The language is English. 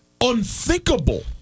unthinkable